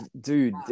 dude